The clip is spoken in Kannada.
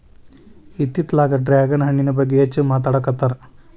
ಇತ್ತಿತ್ತಲಾಗ ಡ್ರ್ಯಾಗನ್ ಹಣ್ಣಿನ ಬಗ್ಗೆ ಹೆಚ್ಚು ಮಾತಾಡಾಕತ್ತಾರ